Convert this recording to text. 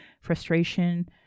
frustration